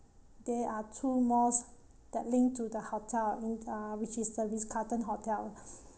there are two malls that linked to the hotel with uh which is the Ritz Carlton hotel